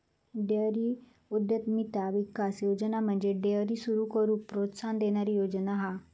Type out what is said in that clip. dairy उद्यमिता विकास योजना म्हणजे डेअरी सुरू करूक प्रोत्साहन देणारी योजना हा